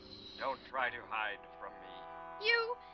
don't try to hide from me you